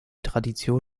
tradition